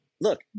look